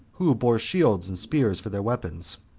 who bare shields and spears for their weapons,